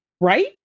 right